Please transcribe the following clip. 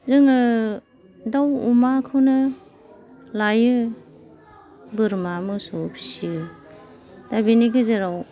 जोङो दाउ अमाखौनो लायो बोरमा मोसौ फिसियो दा बेनि गेजेराव